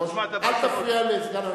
אל תפריע לסגן היושב-ראש,